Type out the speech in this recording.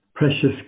Precious